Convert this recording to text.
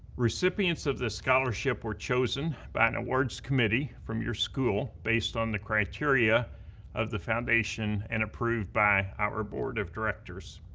recipients of this scholarship were chosen by an awards committee from your school based on the criteria of the foundation and approved by our board of directors.